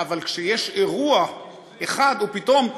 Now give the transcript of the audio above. אבל כשיש אירוע אחד הוא פתאום בולט,